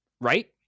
right